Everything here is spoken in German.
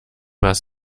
was